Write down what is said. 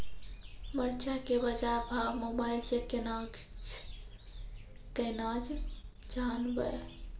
मरचा के बाजार भाव मोबाइल से कैनाज जान ब?